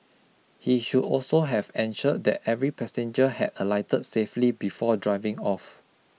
he should also have ensured that every passenger had alighted safely before driving off